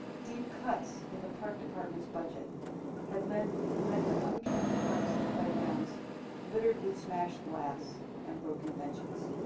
deep cuts in the park department's budget had led led to unkempt parks and playgrounds littered with smashed glass and broken benches.